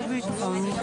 לכם.